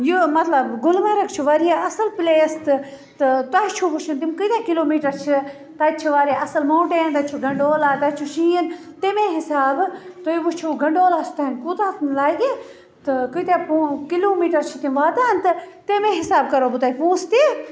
یہِ مَطلَب گُلمرگ چھُ واریاہ اصٕل پُلیس تہٕ تہٕ تۄہہِ چھُ وُچھُن تِم کٲتیٛاہ کِلو میٖٹر چھِ تَتہِ چھِ واریاہ اصٕل ماونٹین تَتہِ چھُ گَنٛڈولا تَتہِ چھُ شیٖن تَمے حِسابہٕ تُہۍ وُچھو گَنٛڈولاہَس تانۍ کوتاہ لَگہِ تہٕ کٲتیٛاہ پۅنٛسہٕ کِلو میٖٹَر چھِ تِم واتان تہٕ تَمے حِسابہٕ کرو بہٕ تۄہہِ پۅنٛسہٕ تہِ